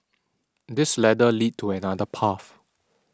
this ladder leads to another path